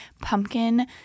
pumpkin